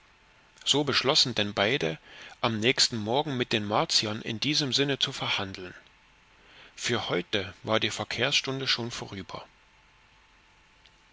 so beschlossen denn beide am nächsten morgen mit den martiern in diesem sinn zu verhandeln für heute war die verkehrsstunde schon vorüber